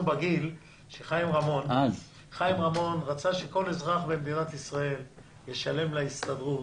חיים רמון רצה אז שכל אזרח במדינת ישראל ישלם להסתדרות,